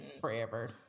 forever